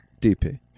dp